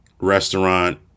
restaurant